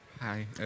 Hi